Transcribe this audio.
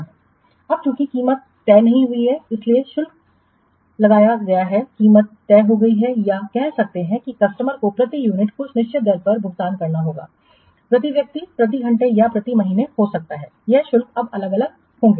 Refer Slide Time 1325 अब चूंकि कीमत तय नहीं हुई है इसलिए शुल्क लगाया गया है कीमत तय हो गई है या कह सकते हैं कि कस्टमर को प्रति यूनिट कुछ निश्चित दर का भुगतान करना होगा प्रति व्यक्ति प्रति घंटे या प्रति व्यक्ति महीने हो सकता है यह शुल्क अब अलग अलग होगा